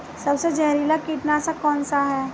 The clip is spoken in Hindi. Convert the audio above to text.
सबसे जहरीला कीटनाशक कौन सा है?